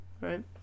right